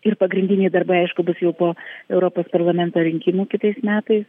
ir pagrindiniai darbai aišku bus jau po europos parlamento rinkimų kitais metais